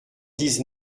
dix